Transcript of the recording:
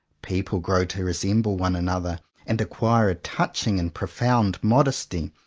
people grow to resemble one another and acquire a touching and profound modesty,